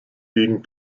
gegen